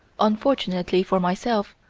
unfortunately for myself,